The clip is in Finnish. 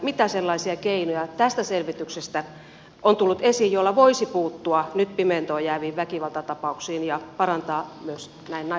mitä sellaisia keinoja tässä selvityksessä on tullut esiin joilla voisi puuttua nyt pimentoon jääviin väkivaltatapauksiin ja parantaa myös näin naisten turvallisuutta